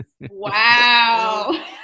Wow